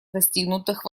достигнутых